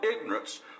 ignorance